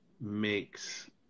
makes